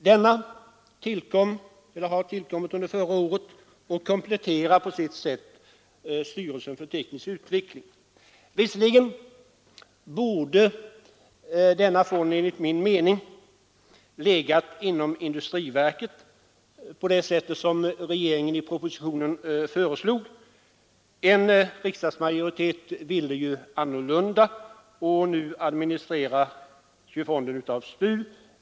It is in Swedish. Den har tillkommit förra året och kompletterar på sitt sätt styrelsen för teknisk utveckling. Visserligen borde denna fond enligt min mening ha legat inom industriverket, såsom regeringen i propositionen föreslog, men en riksdagsmajoritet ville ju annorlunda, och nu administreras fonden av STU.